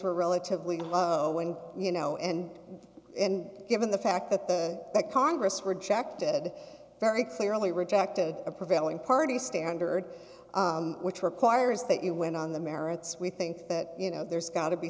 were relatively low when you know and and given the fact that the that congress rejected very clearly rejected a prevailing party standard which requires that you went on the merits we think that you know there's got to be